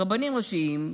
רבנים ראשיים.